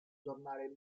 tornare